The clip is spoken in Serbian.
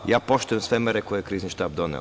Ja poštujem sve mere koje je Krizni štab doneo.